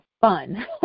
fun